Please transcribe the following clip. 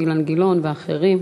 אילן גילאון ואחרים.